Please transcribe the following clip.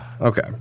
Okay